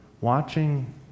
Watching